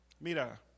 mira